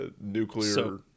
nuclear